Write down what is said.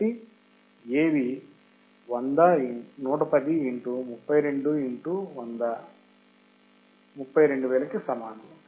కాబట్టి Av 110 X 32 X 100 32000 కి సమానం